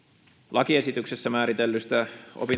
lakiesityksessä määritellystä